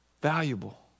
valuable